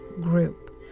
group